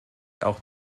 auch